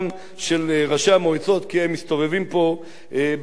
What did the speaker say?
כי הם מסתובבים פה בכנסת רבות.